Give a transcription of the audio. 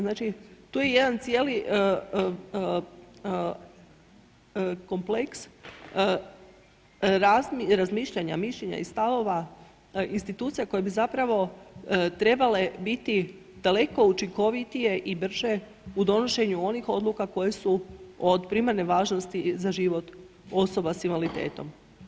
Znači, tu je jedan cijeli kompleks razmišljanja, mišljenja i stavova institucija koje bi zapravo trebale biti daleko učinkovitije i brže u donošenju onih odluka koje su od primarne važnosti za život osoba s invaliditetom.